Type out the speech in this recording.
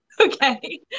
Okay